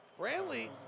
Brantley